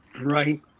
right